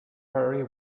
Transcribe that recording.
hurry